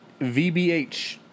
VBH